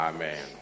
Amen